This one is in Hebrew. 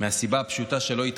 בעיניי מהסיבה הפשוטה שלא יכול להיות